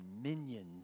minions